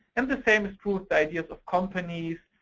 and the same is true the ideas of companies,